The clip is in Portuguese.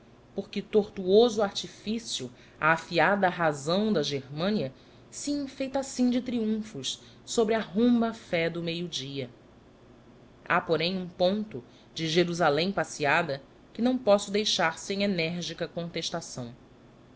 que tortuoso artifício a afiada razão da germânia se enfeita assim de triunfos sobre a romba fé do meio-dia há porém um ponto de jerusalém passeada que não posso deixar sem enérgica contestação